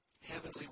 heavenly